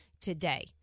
today